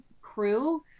crew